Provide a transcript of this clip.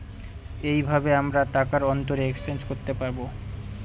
এইভাবে আমরা টাকার অন্তরে এক্সচেঞ্জ করতে পাবো